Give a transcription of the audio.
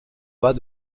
bas